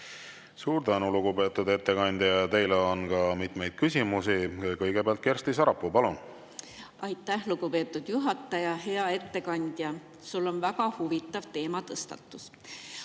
Suur tänu, lugupeetud ettekandja! Teile on ka mitmeid küsimusi. Kõigepealt Kersti Sarapuu, palun! Aitäh, lugupeetud juhataja! Hea ettekandja! Sul on väga huvitav teematõstatus.